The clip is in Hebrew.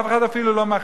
ואף אחד אפילו לא מחה.